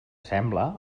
sembla